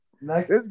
Next